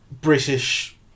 British